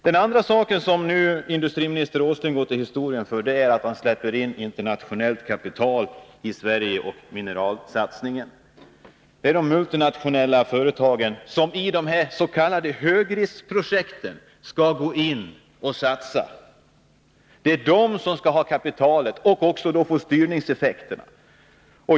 Den andra sak som industriminister Åsling går till historien för är att man nu släpper in internationellt kapital i Sverige när det gäller mineralförsörjningen. Det är de multinationella företagen som i de här s.k. högriskprojekten skall gå in och satsa. Det är de som skall ha kapitalet och även få styrningseffekten.